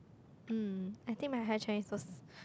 mm I think my high Chinese was